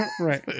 right